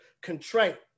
contrite